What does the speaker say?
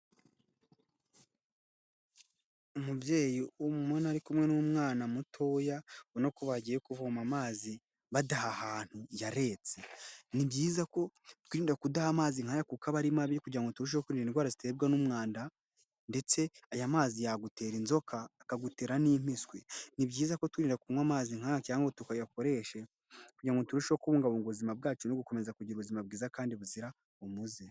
Umubyeyi urikumwe n'umwana mutoya ubona ko bagiye kuvoma amazi badaha ahantu yaretse. Ni byiza ko twirinda kudaha amazi nk'aya kuko aba ari mabi kugirango ngo turusheho kwirinda indwara ziterwa n'umwanda, ndetse aya mazi yagutera inzoka akagutera n'impiswi. Ni byiza ko twirinda kunywa amazi nkaya cyangwa tukayakoresha kugirango turusheho kubungabunga ubuzima bwacu no ugukomeza kugira ubuzima bwiza kandi buzira umuze.